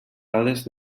dades